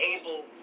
able